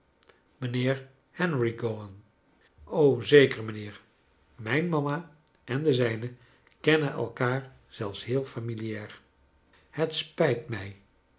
mijnheer henry gowan zeker mijnheer mijn mama en de zijne kennen elkaar zelfs heel familiaar het spijt mij